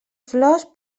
flors